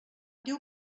diu